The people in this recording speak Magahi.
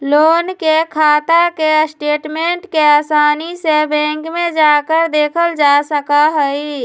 लोन के खाता के स्टेटमेन्ट के आसानी से बैंक में जाकर देखल जा सका हई